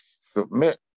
submit